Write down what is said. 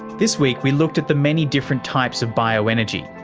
this week we looked at the many different types of bioenergy.